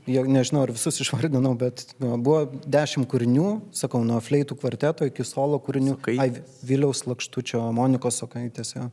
jog nežinau ar visus išvardinau bet nu buvo dešimt kūrinių sakau nuo fleitų kvarteto iki solo kūrinių ai viliaus lakštučio monikos sokaitės jo